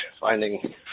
finding